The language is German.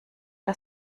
der